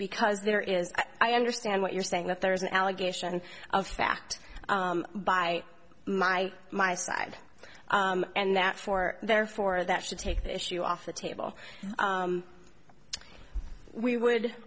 because there is i understand what you're saying that there's an allegation of fact by my my side and that for therefore that should take the issue off the table we would